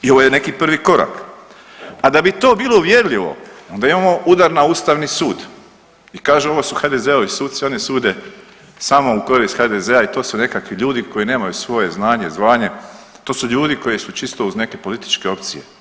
I ovo je neki prvi korak, a da bi to bilo uvjerljivo, onda imamo udar na Ustavni sud i kaže, ovo su HDZ-ovi suci, oni sude samo u tko je iz HDZ-a i to su nekakvi koje nemaju svoje znanje i zvanje, to su ljudi koji su čisto uz neke političke opcije.